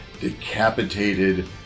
decapitated